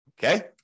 Okay